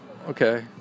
okay